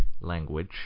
language